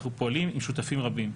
אנחנו פועלים עם שותפים רבים,